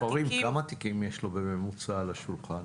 במספרים, כמה תיקים יש לו בממוצע על השולחן?